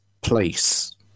place